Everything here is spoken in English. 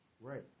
right